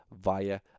via